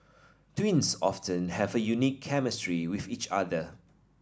twins often have a unique chemistry with each other